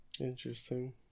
Interesting